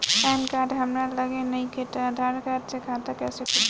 Pan card हमरा लगे नईखे त आधार कार्ड से खाता कैसे खुली?